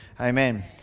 Amen